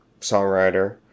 songwriter